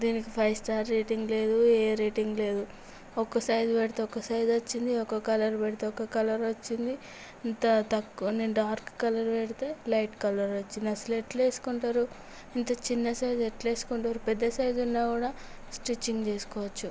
దీనికి five star rating లేదు ఏ రేటింగ్ లేదు ఒక సైజు పెడితే ఒక సైజు వచ్చింది ఒక కలర్ పడితే ఒక కలర్ వచ్చింది ఇంత తక్కువ నేను డార్క్ కలర్ పెడితే లైట్ కలర్ వచ్చింది అసలు ఎట్లా వేసుకుంటారు ఇంత చిన్న సైజు ఎట్లా చేసుకుంటారు పెద్ద సైజు ఉన్న కూడా స్టిచ్చింగ్ చేసుకోవచ్చు